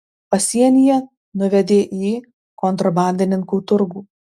pasienyje nuvedė į kontrabandininkų turgų